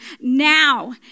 now